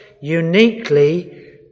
uniquely